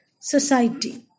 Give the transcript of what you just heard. society